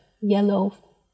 yellow